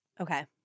Okay